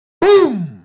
boom